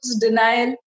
denial